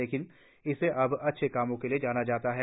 लेकिन इसे अब अच्छे कामों के लिए जाना जाता है